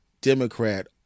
Democrat